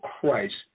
Christ